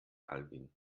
alwin